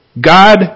God